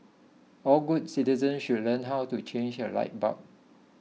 all good citizens should learn how to change a light bulb